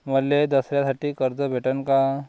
मले दसऱ्यासाठी कर्ज भेटन का?